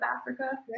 Africa